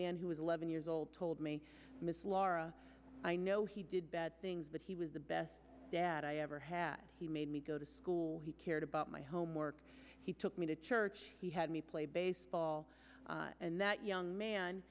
man who was eleven years old told me miss laura i know he did bad things but he was the best dad i ever had he made me go to school he cared about my homework he took me to church he had me play baseball and that young man